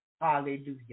Hallelujah